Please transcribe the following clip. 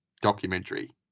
documentary